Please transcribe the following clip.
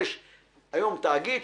והיום התאגיד,